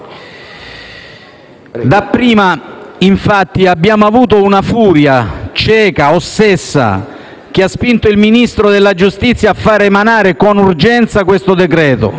Dapprima, infatti, abbiamo avuto una furia cieca, ossessa, che ha spinto il Ministro della giustizia a emanare con urgenza il decreto-legge